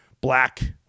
black